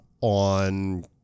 on